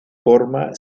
forma